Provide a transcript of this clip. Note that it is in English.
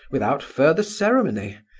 without further ceremony,